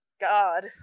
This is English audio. god